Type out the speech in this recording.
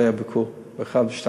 זה היה ביקור ב-01:00,